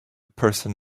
person